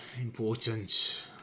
important